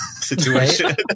situation